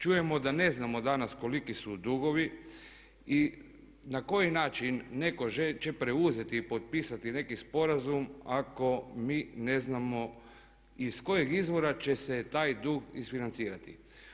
Čujemo da ne znamo danas koliki su dugovi i na koji način netko će preuzeti i potpisati neki sporazum ako mi ne znamo iz kojeg izvora će se taj dug isfinancirati.